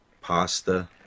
Pasta